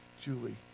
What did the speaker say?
Julie